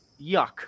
Yuck